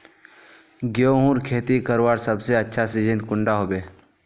गेहूँर खेती करवार सबसे अच्छा सिजिन कुंडा होबे?